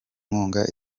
nkunga